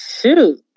shoot